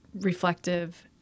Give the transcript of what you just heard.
reflective